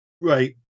Right